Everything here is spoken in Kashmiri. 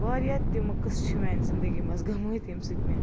واریاہ تِم قصہٕ چھِ میٛانہِ زندگی منٛز گٔمٕتۍ ییٚمہِ سۭتۍ مےٚ